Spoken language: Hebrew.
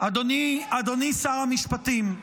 אדוני שר המשפטים,